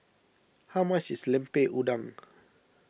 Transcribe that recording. how much is Lemper Udang